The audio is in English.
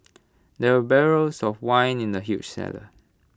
there were barrels of wine in the huge cellar